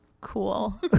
cool